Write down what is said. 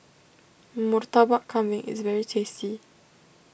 Murtabak Kambing is very tasty